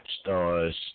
stars